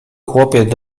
chłopiec